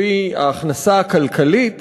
לפי ההכנסה הכלכלית,